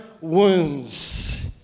wounds